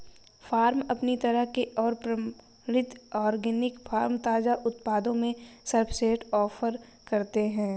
farm अपनी तरह के और प्रमाणित ऑर्गेनिक फ़ार्म ताज़ा उत्पादों में सर्वश्रेष्ठ ऑफ़र करते है